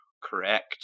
correct